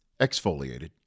exfoliated